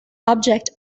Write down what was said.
object